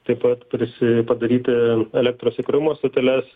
taip pat prisi padaryti elektros įkrovimo stoteles